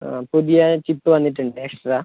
ആ പുതിയ ചിപ്പ് വന്നിട്ടുണ്ട് എക്സ്ട്രാ